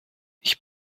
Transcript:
ich